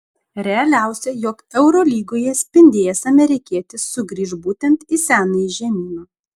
realiausia jog eurolygoje spindėjęs amerikietis sugrįš būtent į senąjį žemyną